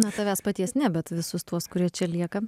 na tavęs paties ne bet visus tuos kurie čia lieka